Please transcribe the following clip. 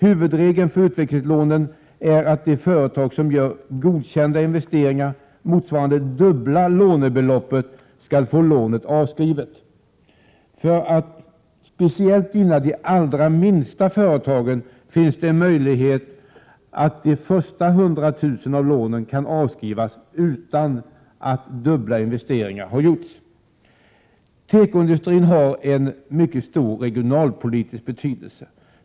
Huvudregeln för utvecklingslånen är att de företag som gör godkända investeringar motsvarande dubbla lånebeloppet skall få lånet avskrivet. För att speciellt gynna de allra minsta företagen finns det en möjlighet att avskriva de första 100 000 kr. av lånet utan att dubbla investeringar har gjorts. Tekoindustrin har mycket stor regionalpolitisk betydelse.